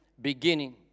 beginning